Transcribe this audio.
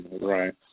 Right